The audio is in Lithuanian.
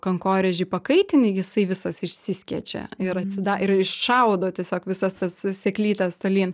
kankorėžį pakaitini jisai visas išsiskėčia ir atsida ir iššaudo tiesiog visas tas sėklytes tolyn